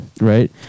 Right